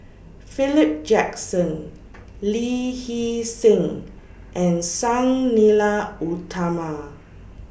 Philip Jackson Lee Hee Seng and Sang Nila Utama